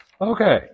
Okay